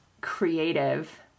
creative